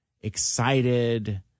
excited